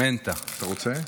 אתה רוצה?